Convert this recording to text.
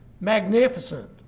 magnificent